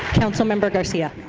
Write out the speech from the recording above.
councilmember garcia.